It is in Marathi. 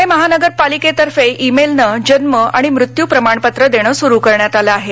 पुणे महानगरपालिकेतर्फे ईमेलने जन्म आणि मृत्यू प्रमाणपत्र देणे सुरू करण्यात आलं आहे